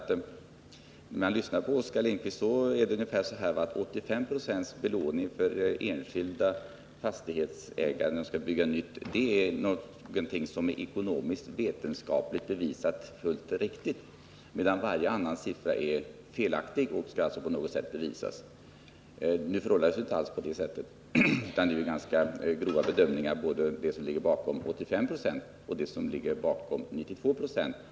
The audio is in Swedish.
När man lyssnar på honom får man det intrycket att det är ekonomiskt och vetenskapligt bevisat att 85 26 belåning vid nybyggnationer som utförs av enskilda fastighetsägare är det riktiga liksom att det också är på något sätt bevisat att varje annan nivå är felaktig. Nu förhåller det sig inte alls så. Det är ganska grova bedömningar som ligger bakom både en belåningsnivå om 85 96 och en belåningsnivå om 92 926.